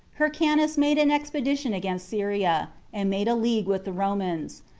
hyrcanus made an expedition against syria, and made a league with the romans.